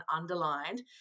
underlined